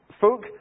folk